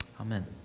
Amen